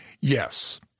Yes